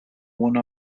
one